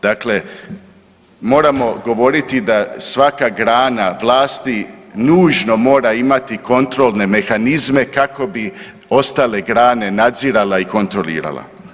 Dakle, moramo govoriti da svaka grana vlasti nužno mora imati kontrolne mehanizme kako bi ostale grane nadzirala i kontrolirala.